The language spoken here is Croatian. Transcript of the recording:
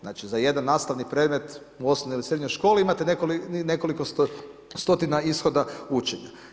Znači za jedan nastavni predmet u osnovnoj ili srednjoj školi, imate nekoliko stotina ishoda učenja.